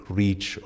reach